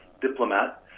diplomat